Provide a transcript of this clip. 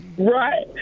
Right